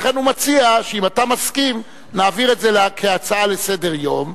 לכן הוא מציע שאם אתה מסכים נעביר את זה כהצעה לסדר-היום,